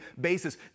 basis